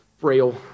frail